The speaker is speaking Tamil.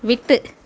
விட்டு